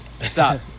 stop